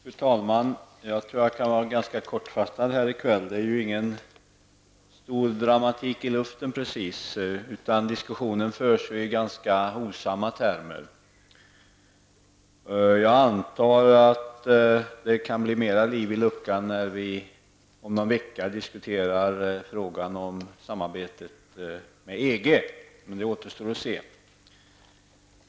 Fru talman! Jag tror att jag kan fatta mig ganska kort här i kväll. Det ligger ju inte precis någon stor dramatik i luften, utan diskussionen förs i ganska hovsamma termer. Jag antar att det kan bli mer liv i luckan om någon vecka när vi diskuterar samarbetet med EG, men det återstår att se.